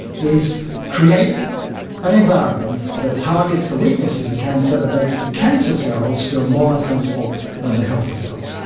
is create an environment that targets the weaknesses of cancer that makes the cancer cells feel more uncomfortable than the healthy cells.